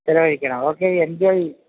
ചിലവഴിക്കണം okay enjoy